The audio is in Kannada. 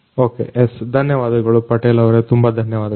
ಒಕೆ ಯೆಸ್ ಧನ್ಯವಾದಗಳು ಪಟೇಲ್ ಅವರೆ ತುಂಬಾ ಧನ್ಯವಾದಗಳು